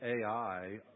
AI